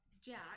Jack